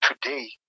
today